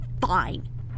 fine